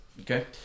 Okay